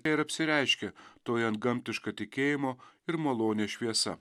ir apsireiškia toji antgamtiška tikėjimo ir malonės šviesa